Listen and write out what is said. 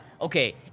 okay